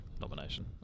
nomination